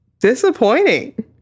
disappointing